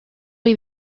you